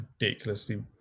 Ridiculously